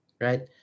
right